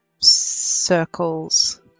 Circles